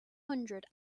hundred